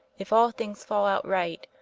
if all things fall out right,